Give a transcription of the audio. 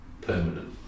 permanent